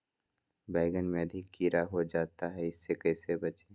बैंगन में अधिक कीड़ा हो जाता हैं इससे कैसे बचे?